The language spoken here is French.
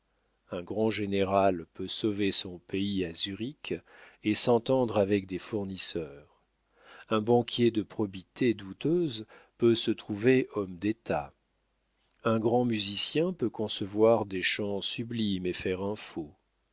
un grand général peut sauver son pays à zurich et s'entendre avec des fournisseurs un banquier de probité douteuse peut se trouver homme d'état un grand musicien peut concevoir des chants sublimes et faire un faux